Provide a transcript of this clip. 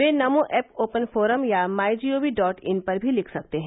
वे Namo app open forum या my G O V dot in पर भी लिख सकते हैं